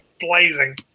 blazing